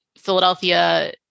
Philadelphia